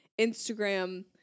instagram